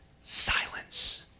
silence